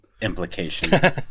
implication